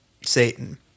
Satan